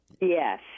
Yes